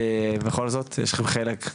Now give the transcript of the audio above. בכל זאת יש לכם חלק,